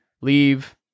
leave